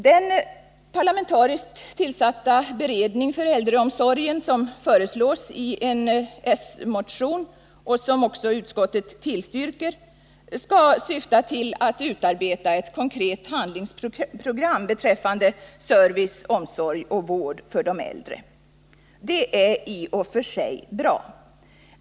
Den parlamentariskt tillsatta beredning för äldreomsorgen som föreslås i en s-motion och som utskottet har tillstyrkt syftar till utarbetandet av ett konkret handlingsprogram beträffande service, omsorg och vård för de äldre. Det är i och för sig bra.